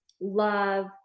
love